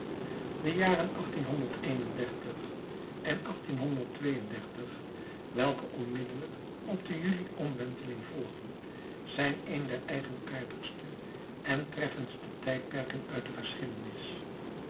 de jaren en welke onmiddellijk op de juli omwenteling volgen zijn een der eigenaardigste en treffendste tijdperken uit de geschiedenis